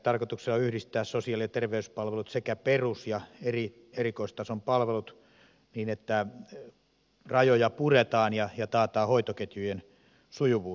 tarkoituksena on yhdistää sosiaali ja terveyspalvelut sekä perus ja erikoistason palvelut niin että rajoja puretaan ja taataan hoitoketjujen sujuvuus